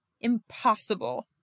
Impossible